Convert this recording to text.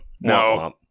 No